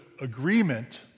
agreement